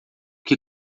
que